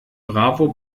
bravo